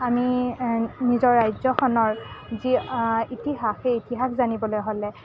আমি নিজৰ ৰাজ্যখনৰ যি ইতিহাস সেই ইতিহাস জানিবলৈ হ'লে